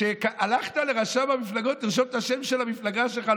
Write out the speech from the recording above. כשהלכת לרשם המפלגות לרשום את השם של המפלגה שלך,